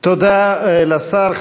תודה לשר.